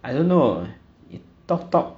I don't know talk talk